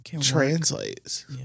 translates